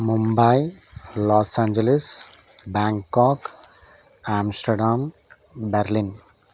Mumbai Los Angeles Bangkok Amsterdam Berlin